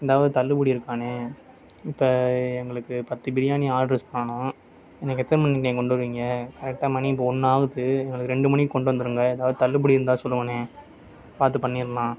ஏதாவது தள்ளுபடி இருக்காண்ணே இப்போ எங்களுக்கு பத்து பிரியாணி ஆர்டர் பண்ணணும் நீங்கள் எத்தனை மணிக்குண்ணே கொண்டு வருவீங்க கரெக்ட்டா மணி இப்போ ஒன்றாகுது எங்களுக்கு இரண்டு மணிக்கு கொண்டு வந்துருங்கள் ஏதாவது தள்ளுபடி இருந்தால் சொல்லுங்கண்ணே பார்த்து பண்ணிடலாம்